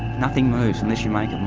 nothing moves unless you make and